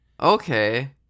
Okay